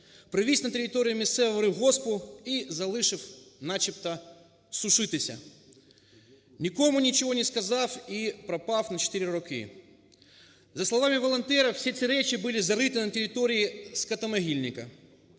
Привіз на територію місцевого рибгоспу і залишив начебто сушитися, нікому нічого не сказав і пропав на 4 роки. За словами волонтерів, всі ці речі були зариті на території скотомогильника.